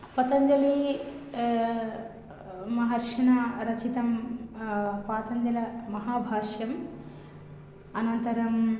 पतञ्जली महर्षिणा रचितं पातञ्जलमहाभाष्यम् अनन्तरम्